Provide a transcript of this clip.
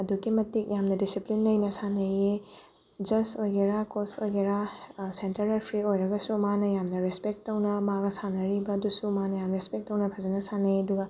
ꯑꯗꯨꯛꯀꯤ ꯃꯇꯤꯛ ꯌꯥꯝꯅ ꯗꯤꯁꯤꯄ꯭ꯂꯤꯟ ꯂꯩꯅ ꯁꯥꯟꯅꯩꯌꯦ ꯖꯁ ꯑꯣꯏꯒꯦꯔꯥ ꯀꯣꯆ ꯑꯣꯏꯒꯦꯔꯥ ꯁꯦꯟꯇꯔ ꯔꯦꯐ꯭ꯔꯤ ꯑꯣꯏꯔꯒꯁꯨ ꯃꯥꯅ ꯌꯥꯝꯅ ꯔꯦꯁꯄꯦꯛ ꯇꯧꯅ ꯃꯥꯒ ꯁꯥꯟꯅꯔꯤꯕ ꯑꯗꯨꯁꯨ ꯃꯥꯅ ꯌꯥꯝ ꯔꯦꯁꯄꯦꯛ ꯇꯧꯅ ꯐꯖꯅ ꯁꯥꯟꯅꯩ ꯑꯗꯨꯒ